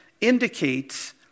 indicates